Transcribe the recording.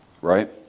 Right